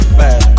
bad